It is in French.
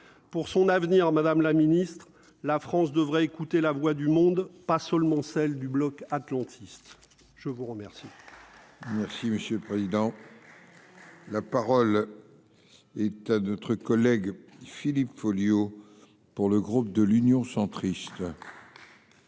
pour son avenir, Madame la Ministre, la France devraient écouter la voix du monde, pas seulement celle du Bloc atlantiste, je vous remercie. Merci monsieur le président. La parole est à notre collègue Philippe Folliot pour le groupe de l'Union centriste.